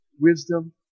wisdom